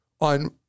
on